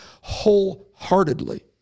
wholeheartedly